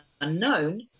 unknown